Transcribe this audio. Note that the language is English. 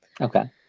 Okay